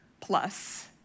plus